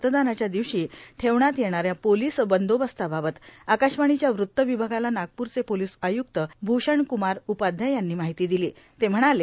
मतदानाच्या दिवशी ठेवण्यात येणाऱ्या पोलीस बंदोबस्ताबाबत आकाशवाणीच्या वृत्त विभागाला नागपुरचे पोलीस आयुक्त भूषणकुमार उपाध्याय यांनी माहिती दिली ते म्हणाले